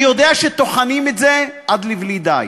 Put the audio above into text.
אני יודע שטוחנים את זה עד בלי די,